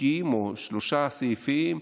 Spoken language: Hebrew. תיקים או שלושה סעיפים,